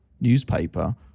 newspaper